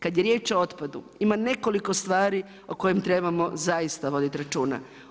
Kada je riječ o otpadu, ima nekoliko stvari o kojima trebamo zaista voditi računa.